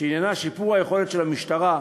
שעניינה שיפור היכולת של המשטרה,